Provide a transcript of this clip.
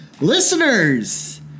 Listeners